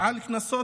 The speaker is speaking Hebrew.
על קנסות.